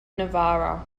novara